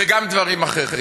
וגם דברים אחרים.